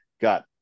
got